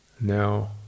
Now